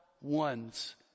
ones